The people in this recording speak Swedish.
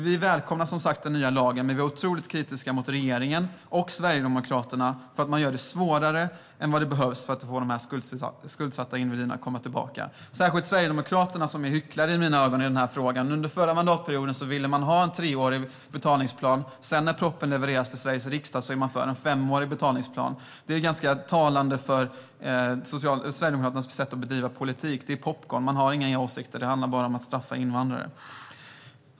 Vi välkomnar som sagt den nya lagen, men vi är otroligt kritiska mot regeringen och mot Sverigedemokraterna för att man gör det svårare än nödvändigt för de här skuldsatta individerna att komma tillbaka. Vi är särskilt kritiska mot Sverigedemokraterna, som i mina ögon är hycklare i den här frågan. Under den förra mandatperioden ville man ha en treårig betalningsplan, men när propositionen sedan levererades till Sveriges riksdag var man i stället för en femårig betalningsplan. Detta är ganska talande för Sverigedemokraternas sätt att bedriva politik. Det är popcorn. Man har inga egna åsikter - det handlar bara om att straffa invandrare.